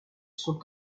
sont